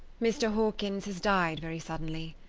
mr. hawkins has died very suddenly.